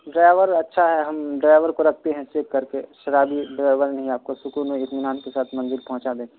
driver اچھا ہے ہم ڈرائیور کو رکھتے ہیں چیک کر کے شرابی ڈرائیور نہیں آپ کو سکون اور اطمینان کے ساتھ منزل پہنچا دیں گے